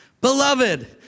Beloved